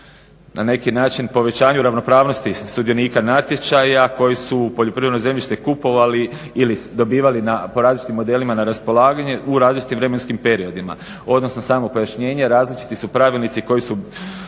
na neki način povećanju ravnopravnosti sudionika natječaja koji su poljoprivredno zemljište kupovali ili dobivali po različitim modelima na raspolaganje u različitim vremenskim periodima odnosno samo pojašnjenje. Različiti su pravilnici koji su